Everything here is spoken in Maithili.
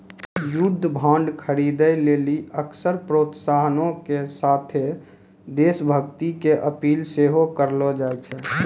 युद्ध बांड खरीदे लेली अक्सर प्रोत्साहनो के साथे देश भक्ति के अपील सेहो करलो जाय छै